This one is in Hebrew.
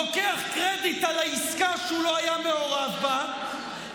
לוקח קרדיט על העסקה שהוא לא היה מעורב בה,